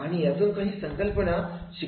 आणि यातून काही संकल्पना शिकाव्यात